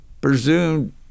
presumed